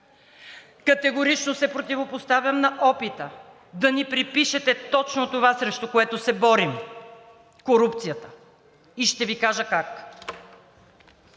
Категорично се противопоставям на опита да ни препишете точно това, срещу което се борим – корупцията, и ще Ви кажа как.